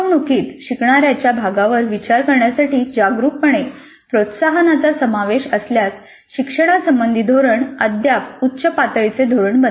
शिकवणुकीत शिकणार्याच्या भागावर विचार करण्यासाठी जागरूकपणे प्रोत्साहनाचा समावेश असल्यास शिक्षणासंबंधी धोरण अजून उच्च पातळीचे धोरण बनते